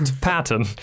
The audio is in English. Pattern